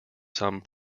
some